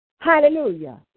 Hallelujah